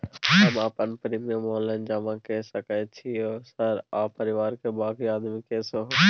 हम अपन premium online जमा के सके छियै सर आ परिवार के बाँकी आदमी के सेहो?